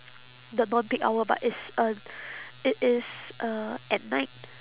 the non peak hour but is uh it is uh at night